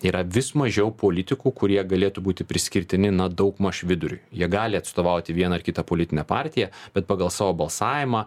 yra vis mažiau politikų kurie galėtų būti priskirtini na daugmaž viduriui jie gali atstovauti vieną ar kitą politinę partiją bet pagal savo balsavimą